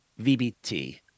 VBT